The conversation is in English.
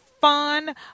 Fun